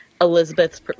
Elizabeth's